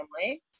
family